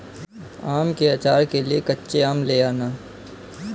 आम के आचार के लिए कच्चे आम ले आना